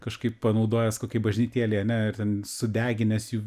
kažkaip panaudojęs kokiai bažnytėlei ar ne ir ten sudeginęs jų